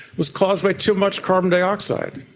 was caused by too much carbon dioxide.